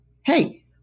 hey